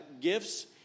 gifts